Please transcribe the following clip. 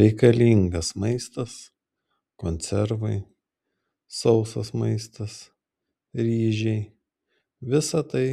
reikalingas maistas konservai sausas maistas ryžiai visa tai